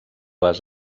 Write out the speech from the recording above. les